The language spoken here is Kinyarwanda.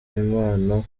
impano